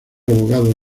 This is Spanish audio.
abogado